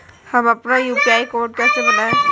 हम अपना UPI code कैसे बनाएँ?